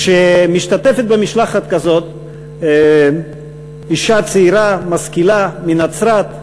כשמשתתפת במשלחת כזאת, אישה צעירה, משכילה, מנצרת,